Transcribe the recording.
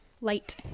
Light